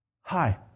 Hi